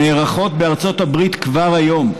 נערכות בארצות הברית כבר היום.